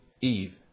Eve